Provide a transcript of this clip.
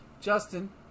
Justin